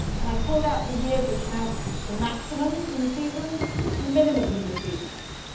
and i pulled out the years which have the maximums in the seasons and the minimums in the seasons.